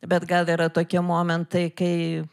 bet gal yra tokie momentai kai